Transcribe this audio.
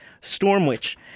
Stormwitch